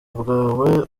bwawe